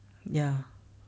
ya